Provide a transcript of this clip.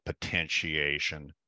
potentiation